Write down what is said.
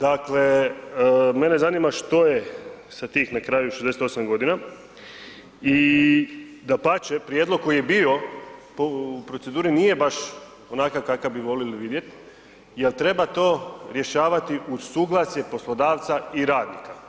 Dakle, mene zanima što je sa tih na kraju 68 godina i dapače, prijedlog koji je bio u proceduri nije baš onakav kakav bi voljeli vidjeti jer treba to rješavati uz suglasje poslodavca i radnika.